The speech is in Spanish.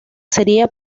sería